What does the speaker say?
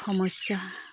সমস্যা